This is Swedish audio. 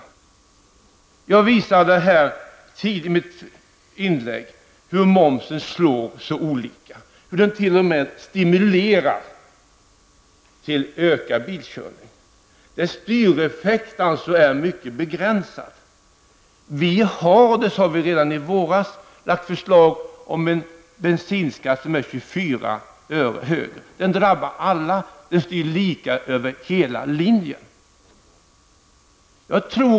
I mitt tidigare inlägg visade jag hur olika momsen slår och hur den t.o.m. stimulerar till ökad bilkörning. Momsens styreffekt är alltså mycket begränsad. Centerpartiet lade redan i våras fram förslag om en 24 öre högre bensinskatt. Den skulle drabba alla och styra lika över hela linjen.